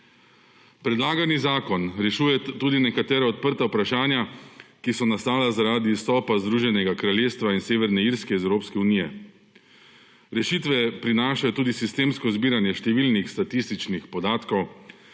Predlagani zakon rešuje tudi nekatera odprta vprašanja, ki so nastala zaradi izstopa Združenega kraljestva in Severne Irske iz Evropske unije. Rešitve prinašajo tudi sistemsko izbiranje številnih statističnih podatkov,